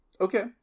Okay